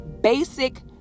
basic